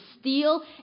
steal